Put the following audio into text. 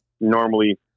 normally